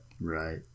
Right